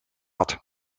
had